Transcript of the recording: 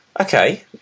okay